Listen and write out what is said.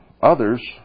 others